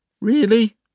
Really